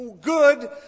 good